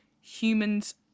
humans